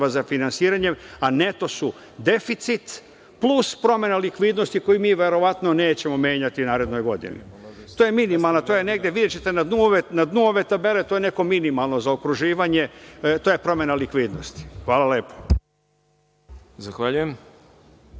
za finansiranjem, a neto su, deficit plus promena likvidnosti koji mi verovatno nećemo menjati u narednoj godini. To je minimalna, i videćete to na dnu ove tabele, to je nekakvo minimalno zaokruživanje, to je promena likvidnosti. Hvala lepo.